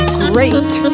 great